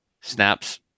snaps